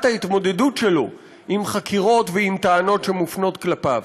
ההתמודדות שלו עם חקירות ועם טענות שמופנות כלפיו.